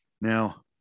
Now